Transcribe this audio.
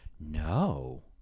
No